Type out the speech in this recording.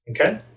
Okay